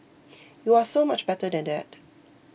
you are so much better than that